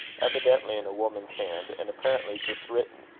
evidently in a woman's hand, and apparently just written,